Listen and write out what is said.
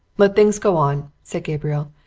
let things go on, said gabriel.